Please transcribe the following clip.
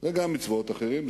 גם מצבאות אחרים.